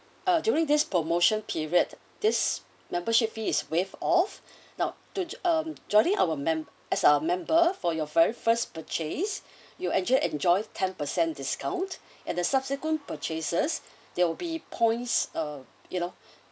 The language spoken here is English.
ah during this promotion period this membership fee is waived off now to um joining our mem~ as our member for your very first purchase you'll actually enjoy ten percent discount and the subsequent purchases they'll be points uh you know